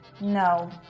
No